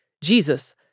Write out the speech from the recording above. Jesus